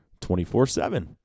24-7